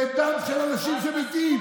זה דם של ילדים שמתים.